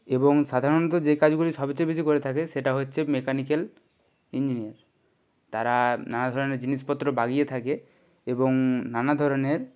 এবং সাধারণত যে কাজগুলি সবচেয়ে বেশি করে থাকে সেটা হচ্ছে মেকানিক্যাল ইঞ্জিনিয়ার তারা নানা ধরনের জিনিসপত্র বাগিয়ে থাকে এবং নানা ধরনের